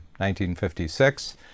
1956